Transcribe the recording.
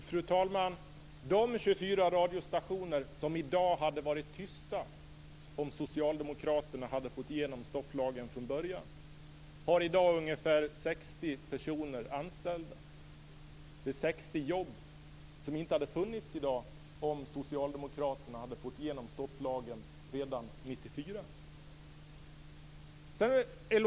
Fru talman! De 24 radiostationer som i dag hade varit tysta om socialdemokraterna hade fått igenom stopplagen från början har i dag ungefär 60 personer anställda. Det är 60 jobb som inte hade funnits i dag om socialdemokraterna hade fått igenom stopplagen redan år 1994.